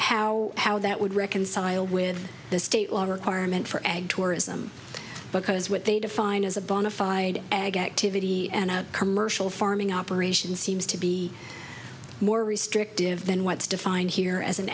how how that would reconcile with the state law requirement for ag tourism because what they define as a bonafide ag activity and a commercial farming operation seems to be more restrictive than what's defined here as an